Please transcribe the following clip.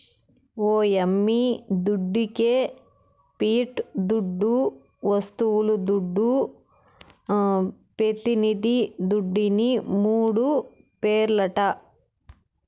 ఓ యమ్మీ దుడ్డికే పియట్ దుడ్డు, వస్తువుల దుడ్డు, పెతినిది దుడ్డుని మూడు పేర్లట